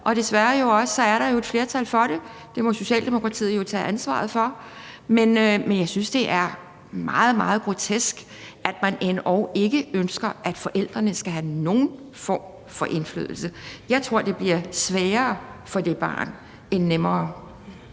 og desværre er der jo et flertal for det. Det må Socialdemokratiet jo tage ansvaret for. Men jeg synes, det er meget grotesk, at man endog ikke ønsker, at forældrene skal have nogen form for indflydelse. Jeg tror, det bliver sværere for det barn end nemmere.